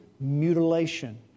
mutilation